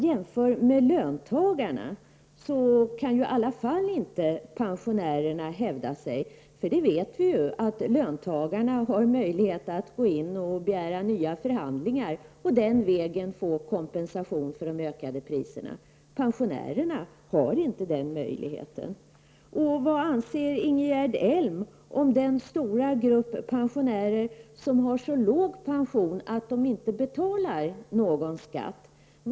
Jämfört med löntagarna kan i alla fall inte pensionärerna hävda sig. Vi vet ju att löntagarna har möjlighet att begära nya förhandlingar och den vägen få kompensation för prishöjningar. Men pensionärerna har inte den möjligheten. Vad anser Ingegerd Elm om kompensationen till den stora grupp pensionärer som har så låg pension att de inte betalar någon skatt?